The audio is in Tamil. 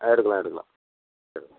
ஆ எடுக்கலாம் எடுக்கலாம் எடு